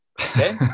okay